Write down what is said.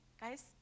guys